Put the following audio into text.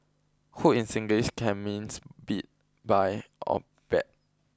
hoot in Singlish can means beat buy or bet